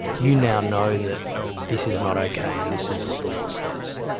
you now know that this is not okay and this is what the law says.